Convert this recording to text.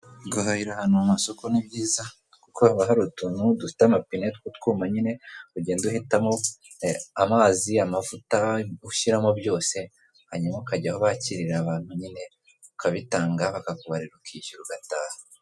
Guhahira ahantu mu masoko ni byiza kuko haba hari utuntu dufite amapine tw'utwuma nyine, ugenda uhitamo amazi, amavuta, ushyiramo byose, hanyuma ukajya aho bakirira abantu nyine, ukabitanga bakakubarira, ukishyura ugataha.